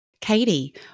Katie